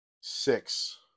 six